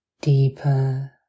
deeper